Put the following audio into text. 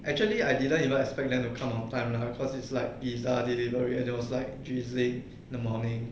actually I didn't even expect them to come on time lah cause it's like pizza delivery and it was like drizzling in the morning